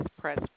press